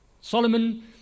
Solomon